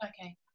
Okay